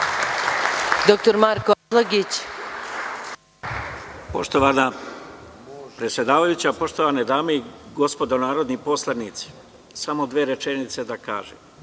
**Marko Atlagić** Poštovana predsedavajuća, poštovane dame i gospodo narodni poslanici, samo dve rečenice da kažem